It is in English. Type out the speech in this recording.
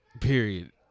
Period